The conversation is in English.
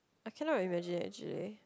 I cannot imagine actually